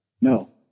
No